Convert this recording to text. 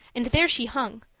and there she hung,